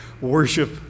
Worship